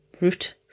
root